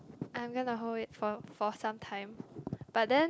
I'm gonna hold it for for some time but then